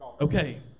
Okay